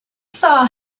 saw